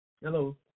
Hello